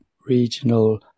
regional